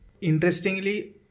Interestingly